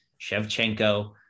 Shevchenko